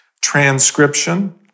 transcription